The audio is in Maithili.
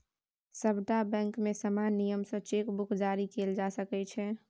सभटा बैंकमे समान नियम सँ चेक बुक जारी कएल जा सकैत छै